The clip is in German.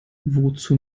wozu